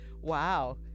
Wow